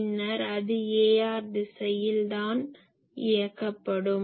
பின்னர் அது ar திசையில் தான் இயக்கப்படும்